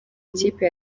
ikipe